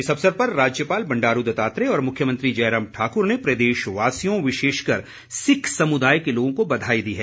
इस अवसर पर राज्यपाल बंडारू दत्तात्रेय और मुख्यमंत्री जयराम ठाकुर ने प्रदेशवासियों विशेषकर सिख समुदाय के लोगों को बधाई दी है